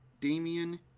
Damian